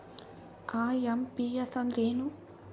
IMPS ಅಂದ್ರ ಏನು?